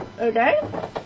Okay